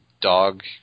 dog